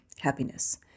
happiness